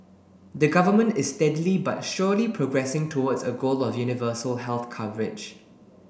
the government is steadily but surely progressing towards a goal of universal health coverage